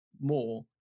more